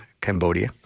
Cambodia